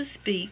speak